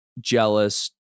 jealous